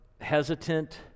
hesitant